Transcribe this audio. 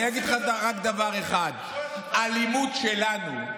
אני אגיד לך רק דבר אחד: אלימות שלנו,